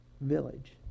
village